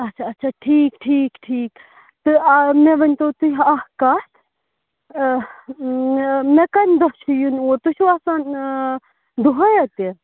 اَچھا اَچھا ٹھیٖک ٹھیٖک ٹھیٖک تہٕ اَ مےٚ ؤنۍتو تُہۍ اکھ کتھ مےٚ کمہِ دۄہہ چھُ یُن اوٗرۍ تُہۍ چھِوا آسان دۅہے اَتہِ